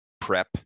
prep